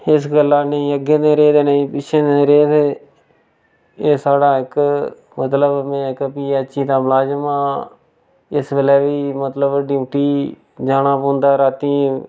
इस गल्ला नेईं अग्गें दे रेह् दे नेईं पिच्छें दे रेह् दे एह् साढ़ा इक मतलब में इक पी ऐच्च ई दा मलाजम आं इस बेल्लै बी मतलब ड्यूटी जाना पौंदा रातीं